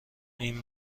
این